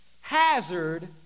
Hazard